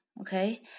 okay